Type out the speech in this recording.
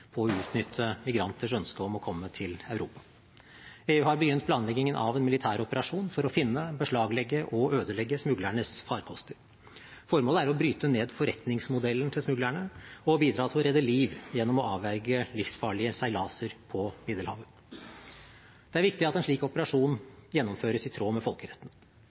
på å utnytte migranters ønske om å komme til Europa. EU har begynt planleggingen av en militær operasjon for å finne, beslaglegge og ødelegge smuglernes farkoster. Formålet er å bryte ned forretningsmodellen til smuglerne og å bidra til å redde liv gjennom å avverge livsfarlige seilaser på Middelhavet. Det er viktig at en slik operasjon gjennomføres i tråd med folkeretten.